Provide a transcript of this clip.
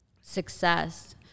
success